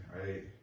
right